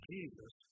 Jesus